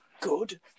good